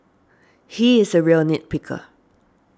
he is a real nit picker